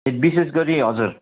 ए विशेष गरी हजुर